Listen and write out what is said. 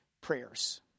prayers